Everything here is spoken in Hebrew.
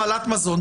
הרעלת מזון,